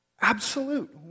Absolute